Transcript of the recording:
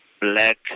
black